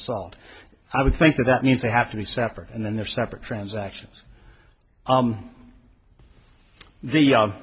assault i would think that that means they have to be separate and then they're separate transactions the the